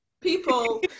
People